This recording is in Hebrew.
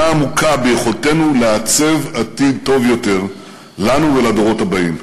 העמוקה ביכולתנו לעצב עתיד טוב יותר לנו ולדורות הבאים.